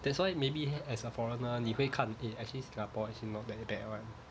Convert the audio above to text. that's why maybe as a foreigner 你会看 eh actually singapore is in not that bad [one]